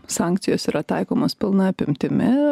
sankcijos yra taikomos pilna apimtimi